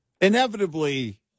Inevitably